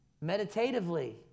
meditatively